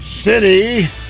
city